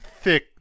thick